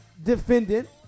defendant